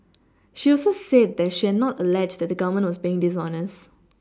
she also said that she had not alleged that the Government was being dishonest